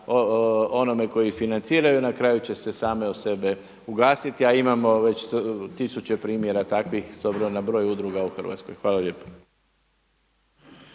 onome koji ih financiraju, na kraju će se same od sebe ugasiti a imamo već tisuće primjera takvih s obzirom na broj udruga u Hrvatskoj. Hvala lijepo.